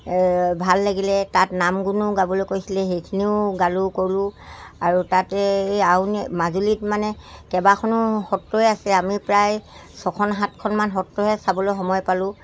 ভাল লাগিলে তাত নাম গুণো গাবলৈ কৈছিলে সেইখিনিও গালোঁ কৰিলোঁ আৰু তাতে এই আউনি মাজুলীত মানে কেইবাখনো সত্ৰই আছে আমি প্ৰায় ছখন সাতখনমান সত্ৰহে চাবলৈ সময় পালোঁ